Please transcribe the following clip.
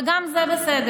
וגם זה בסדר.